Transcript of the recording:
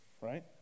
right